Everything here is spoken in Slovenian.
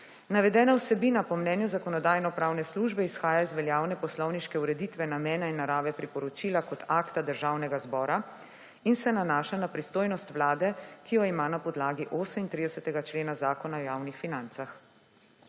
Navedena vsebina po mnenju Zakonodajno-pravne službe izhaja iz veljavne poslovniške ureditve namena in narave priporočila kot akta Državnega zbora in se nanaša na pristojnost vlade, ki jo ima na podlagi 38. člena Zakona o javnih financah.